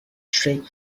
shriek